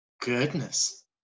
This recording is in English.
Goodness